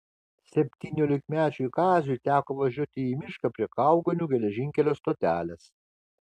septyniolikmečiui kaziui teko važiuoti į mišką prie kaugonių geležinkelio stotelės